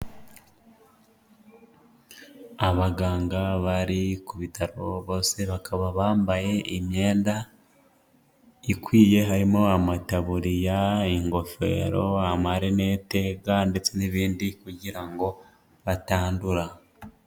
Abaganga bari ku bitaro bose bakaba bambaye imyenda ikwiye, harimo amataburiya, ingofero amarinete ndetse n'ibindi kugira ngo batandura.